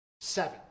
seven